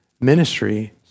ministry